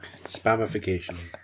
Spamification